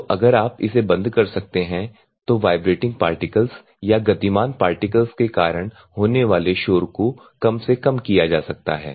तो अगर आप इसे बंद कर सकते हैं तो वाइब्रेटिंग पार्टिकल्स या गतिमान पार्टिकल्स के कारण होने वाले शोर को कम से कम किया जा सकता है